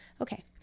Okay